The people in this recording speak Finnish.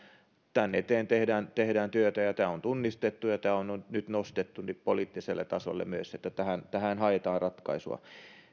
tämän eteen tehdään tehdään työtä ja tämä on tunnistettu ja on nostettu nyt myös poliittiselle tasolle se että tähän tähän haetaan ratkaisuja